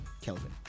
Kelvin